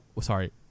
sorry